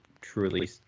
truly